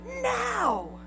now